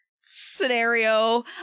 scenario